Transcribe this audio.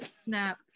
snap